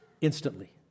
Instantly